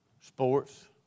sports